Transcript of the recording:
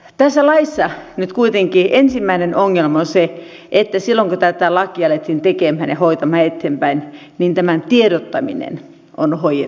tässä laissa nyt kuitenkin ensimmäinen ongelma on se että silloin kun tätä lakia alettiin tekemään ja hoitamaan eteenpäin niin tämän tiedottaminen on hoidettu huonosti